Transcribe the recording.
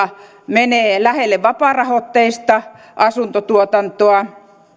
menee lähelle vapaarahoitteista asuntotuotantoa